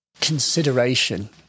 Consideration